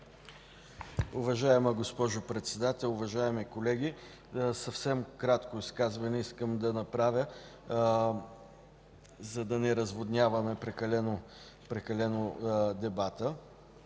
Уважаема госпожо Председател, уважаеми колеги! Съвсем кратко изказване искам да направя, за да не разводняваме прекалено дебата.